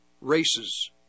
races